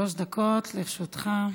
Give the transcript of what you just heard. שלוש דקות לרשותך.